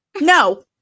No